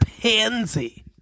pansy